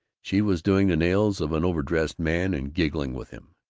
she was doing the nails of an overdressed man and giggling with him.